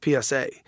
PSA